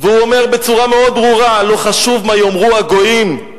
הוא אומר בצורה מאוד ברורה: לא חשוב מה יאמרו הגויים,